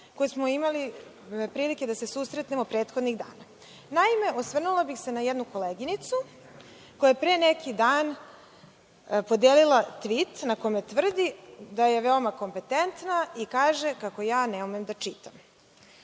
kojim smo imali prilike da se susretnemo prethodnih dana. Naime, osvrnula bih se na jednu koleginicu koja je pre neki dan podelila tvit na kome tvrdi da je veoma kompetentna i kaže kako ja ne umem da čitam.